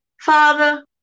Father